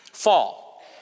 Fall